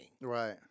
Right